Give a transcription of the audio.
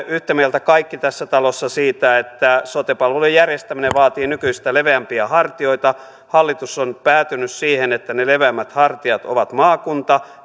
yhtä mieltä kaikki tässä talossa siitä että sote palvelujen järjestäminen vaatii nykyistä leveämpiä hartioita hallitus on päätynyt siihen että ne leveämmät hartiat ovat maakunta